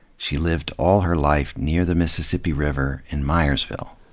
she lived all her life near the mississippi river, in mayersville.